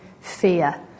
fear